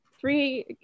three